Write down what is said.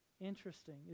interesting